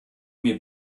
mir